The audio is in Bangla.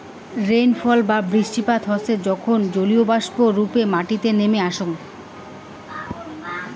রেইনফল বা বৃষ্টিপাত হসে যখন জলীয়বাষ্প রূপে মাটিতে নেমে আসাং